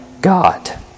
God